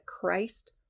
Christ